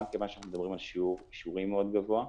גם מכיוון שאנחנו מדברים על שיעור אישורים גבוה מאוד